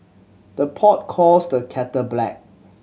the pot calls the kettle black